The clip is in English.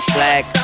Flag